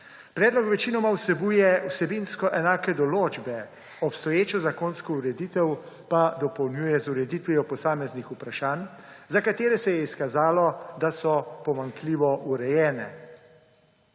Predlog večinoma vsebuje vsebinsko enake določbe, obstoječo zakonsko ureditev pa dopolnjuje z ureditvijo posameznih vprašanj, za katera se je izkazalo, da so pomanjkljivo urejena.